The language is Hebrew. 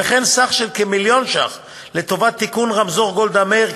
וכן סך כמיליון ש"ח לתיקון רמזור גולדה מאיר,